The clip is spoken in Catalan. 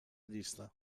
llista